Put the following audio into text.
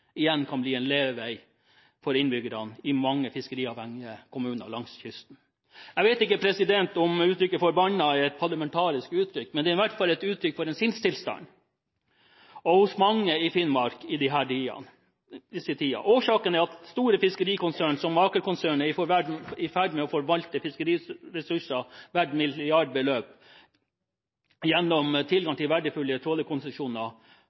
levevei for innbyggerne i mange fiskeriavhengige kommuner langs kysten. Jeg vet ikke om uttrykket «forbanna» er et parlamentarisk uttrykk, men det gir i hvert fall et uttrykk for en sinnstilstand hos mange i Finnmark i disse tider. Årsaken er at store fiskerikonsern, slik som Aker-konsernet, er i ferd med å forvalte fiskeriressurser verdt milliardbeløp gjennom